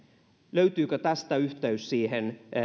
löytyykö tästä yhteys siihen